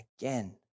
again